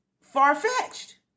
far-fetched